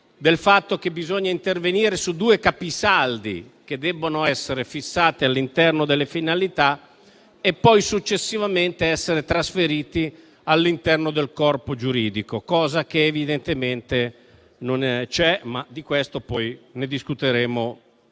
del fatto che bisogna intervenire su due capisaldi che debbono essere fissati all'interno delle finalità e poi successivamente essere trasferiti all'interno del corpo giuridico. Questo evidentemente non avviene, ma ne discuteremo